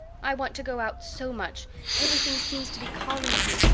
i want to go out so much everything seems to be calling to me,